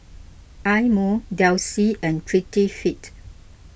Eye Mo Delsey and Prettyfit